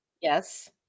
Yes